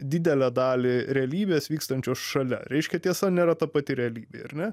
didelę dalį realybės vykstančios šalia reiškia tiesa nėra ta pati realybei ar ne